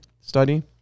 study